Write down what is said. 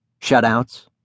Shutouts